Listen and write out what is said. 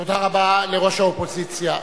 תודה רבה לראש האופוזיציה.